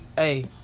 Hey